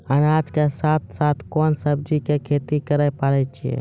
अनाज के साथ साथ कोंन सब्जी के खेती करे पारे छियै?